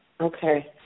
Okay